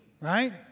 right